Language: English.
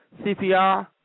CPR